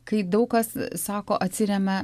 kai daug kas sako atsiremia